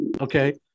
Okay